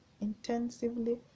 intensively